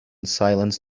silence